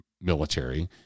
military